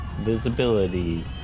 Visibility